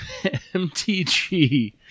MTG